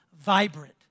vibrant